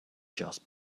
just